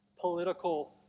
political